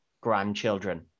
grandchildren